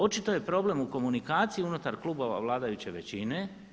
Očito je problem u komunikaciji unutar klubova vladajuće većine.